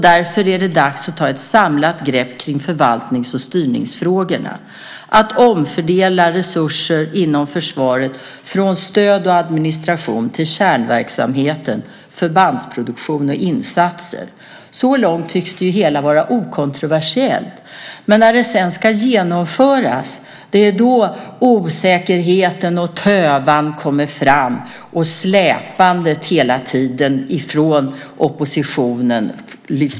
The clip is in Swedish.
Därför är det dags att ta ett samlat grepp kring förvaltnings och styrningsfrågorna, att omfördela resurser inom försvaret från stöd och administration till kärnverksamheten: förbandsproduktion och insatser. Så långt tycks det hela vara okontroversiellt, men det är när detta sedan ska genomföras som osäkerheten och tövan kommer fram och släpandet hela tiden lyfts fram från oppositionen.